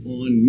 on